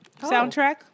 soundtrack